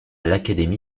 l’académie